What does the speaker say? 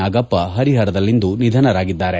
ನಾಗಪ್ಪ ಪರಿಪರದಲ್ಲಿಂದು ನಿಧನರಾಗಿದ್ದಾರೆ